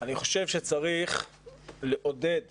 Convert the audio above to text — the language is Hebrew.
אני חושב שצריך לעודד